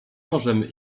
możemy